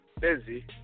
busy